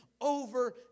over